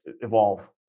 evolve